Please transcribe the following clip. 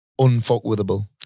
unfuckwithable